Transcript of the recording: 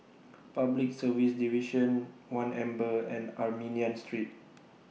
Public Service Division one Amber and Armenian Street